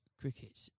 cricket